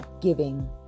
giving